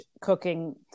cooking